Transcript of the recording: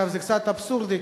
זה קצת אבסורדי.